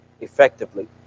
effectively